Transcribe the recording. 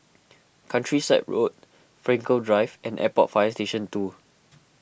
Countryside Road Frankel Drive and Airport Fire Station two